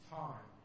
time